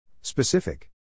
Specific